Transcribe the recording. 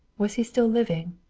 was he still living,